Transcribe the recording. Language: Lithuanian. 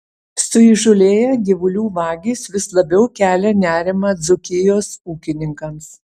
suįžūlėję gyvulių vagys vis labiau kelia nerimą dzūkijos ūkininkams